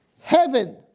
heaven